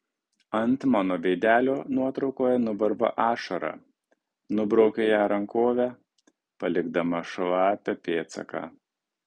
ant mano veidelio nuotraukoje nuvarva ašara nubraukiu ją rankove palikdama šlapią pėdsaką